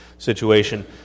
situation